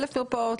1,000 מרפאות,